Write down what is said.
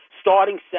starting